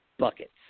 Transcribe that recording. buckets